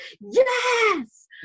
yes